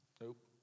Nope